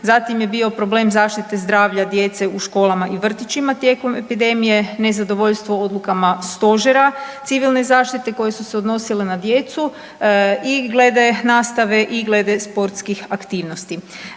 zatim je bio problem zaštite zdravlja djece u školama i vrtićima tijekom epidemije, nezadovoljstvo odlukama Stožera civilne zaštite koje su se odnosile na djecu i glede nastave i glede sportskih aktivnosti.